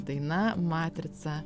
daina matrica